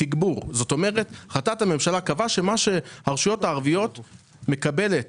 כלומר החלטת הממשלה קבעה שמה שהרשויות המקומיות מקבלות